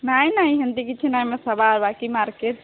ନାଇଁ ନାଇଁ ଏମତି କିଛି ନାଇଁମ ସବା ବାକି ମାର୍କେଟ